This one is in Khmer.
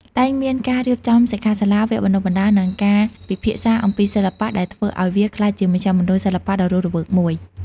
តែងមានការរៀបចំសិក្ខាសាលា វគ្គបណ្ដុះបណ្ដាល និងការពិភាក្សាអំពីសិល្បៈ ដែលធ្វើឲ្យវាក្លាយជាមជ្ឈមណ្ឌលសិល្បៈដ៏រស់រវើកមួយ។